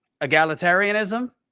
egalitarianism